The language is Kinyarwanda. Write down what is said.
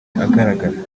agaragara